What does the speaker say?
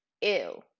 ew